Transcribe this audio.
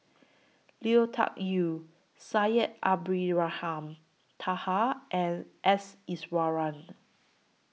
Lui Tuck Yew Syed Abdulrahman Taha and S Iswaran